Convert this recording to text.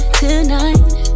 tonight